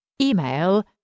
Email